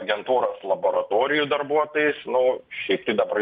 agentūros laboratorijų darbuotojais nu šiaip tai dabar